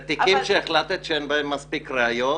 זה תיקים שהחלטת שאין בהם מספיק ראיות?